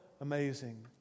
amazing